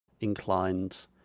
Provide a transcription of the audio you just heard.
inclined